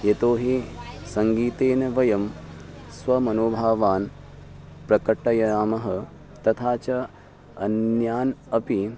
यतोहि सङ्गीतेन वयं स्वमनोभावान् प्रकटयामः तथा च अन्यान् अपि